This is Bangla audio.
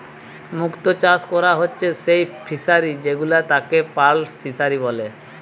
মুক্ত চাষ কোরা হচ্ছে যেই ফিশারি গুলাতে তাকে পার্ল ফিসারী বলছে